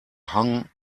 hung